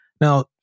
now